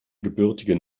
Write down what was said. gebürtigen